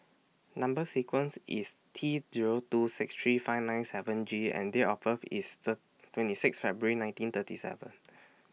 Number sequence IS T Zero two six three five nine seven G and Date of birth IS Third twenty six February nineteen thirty seven